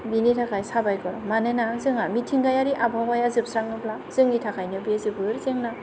बिनि थाखाय साबायखर मानोना जोंहा मिथिंगायारि आबहावाया जोबस्रांयोब्ला जोंनि थाखायनो बे जोबोर जेंना